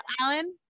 Alan